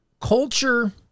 culture